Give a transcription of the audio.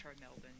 Melbourne